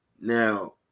Now